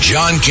John